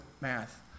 math